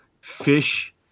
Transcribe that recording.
fish